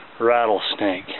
rattlesnake